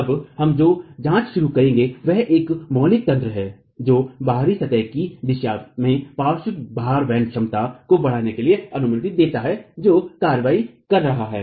अब हम जो जांच शुरू करेंगे वह एक मौलिक तंत्र है जो बाहरी सतह की दिशा में पार्श्व भार वहन क्षमता को बढ़ाने के लिए अनुमति देता है जो कार्रवाई कर रहा है